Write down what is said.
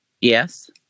Yes